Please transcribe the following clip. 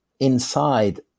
inside